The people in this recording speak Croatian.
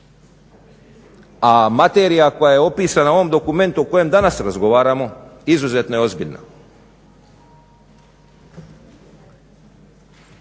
a materija koja je opisana u ovom dokumentu o kojem danas razgovaramo izuzetno je ozbiljna.